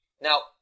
now